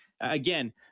again